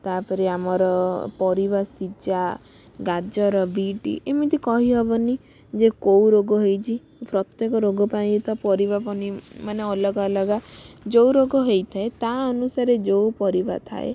ତାପରେ ଆମର ପରିବା ସିଝା ଗାଜର ବିଟ୍ ଏମିତି କହିହେବନି ଯେ କେଉଁ ରୋଗ ହେଇଛି ପ୍ରତ୍ୟେକ ରୋଗ ପାଇଁ ତ ପରିବା ପନି ମାନେ ଅଲଗା ଅଲଗା ଯେଉଁ ରୋଗ ହେଇଥାଏ ତା ଅନୁସାରେ ଯେଉଁ ପରିବା ଥାଏ